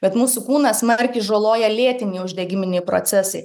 bet mūsų kūną smarkiai žaloja lėtiniai uždegiminiai procesai